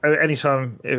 anytime